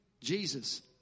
Jesus